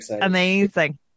Amazing